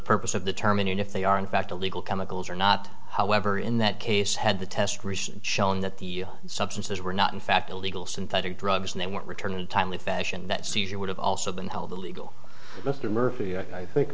purpose of the term in if they are in fact illegal chemicals or not however in that case had the test recent shown that the substances were not in fact illegal synthetic drugs and they won't return in a timely fashion that seizure would have also been held illegal mr murphy i think